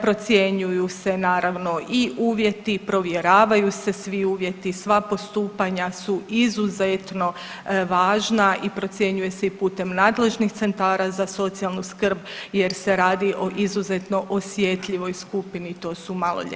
Procjenjuju se naravno i uvjeti, provjeravaju se svi uvjeti, sva postupanja su izuzetno važna i procjenjuje se i putem nadležnih centara za socijalnu skrb jer se radi o izuzetno osjetljivoj skupini to su maloljetna djeca.